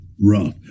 rough